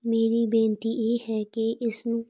ਮੇਰੀ ਬੇਨਤੀ ਇਹ ਹੈ ਕਿ ਇਸ ਨੂੰ